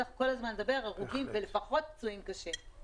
צריך כל הזמן לדבר על הרוגים ולפחות פצועים קשה,